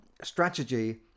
strategy